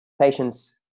patients